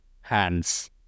hands